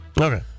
Okay